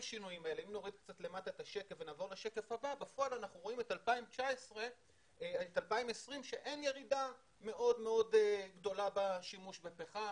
מה שאנחנו רואים זה שב-2020 אין ירידה מאוד-מאוד גדולה בשימוש בפחם,